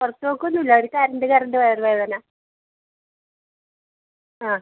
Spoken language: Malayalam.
പുറത്ത് പോക്ക് ഒന്നും ഇല്ല ഒരു കരണ്ട് കരണ്ട് വയറുവേദന ആ